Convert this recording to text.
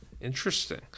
Interesting